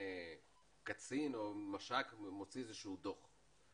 קצין או מש"ק מוציא איזה שהוא דו"ח.